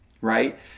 right